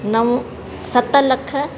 नव सत लख